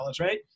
right